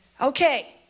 Okay